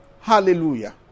Hallelujah